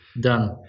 done